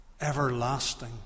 everlasting